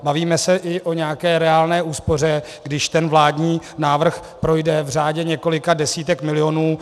Bavíme se i o nějaké reálné úspoře, když ten vládní návrh projde, v řádech několika desítek milionů.